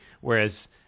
Whereas